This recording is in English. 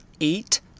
eight